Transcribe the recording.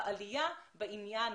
העלייה בעניין,